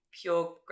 pure